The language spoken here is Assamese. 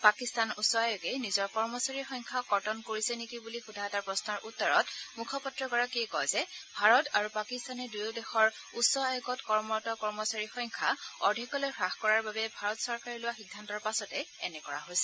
পাকিস্তান উচ্চ আয়োগে নিজৰ কৰ্মচাৰীৰ সংখ্যা কৰ্তন কৰিছে নেকি বুলি সোধা এটা প্ৰশ্নৰ উত্তৰত মুখপাত্ৰগৰাকীয়ে কয় যে ভাৰত আৰু পাকিস্তানে দুয়োদেশৰ উচ্চ আয়োগত কৰ্মৰত কৰ্মচাৰীৰ সংখ্যা অৰ্ধেকলৈ হ্ৰাস কৰাৰ বাবে ভাৰত চৰকাৰে লোৱা সিদ্ধান্তৰ পাছতে এনে কৰা হৈছে